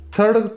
Third